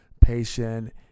patient